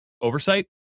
oversight